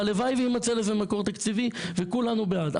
והלוואי ויימצא לזה מקור תקציבי, וכולנו בעד.